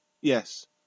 Yes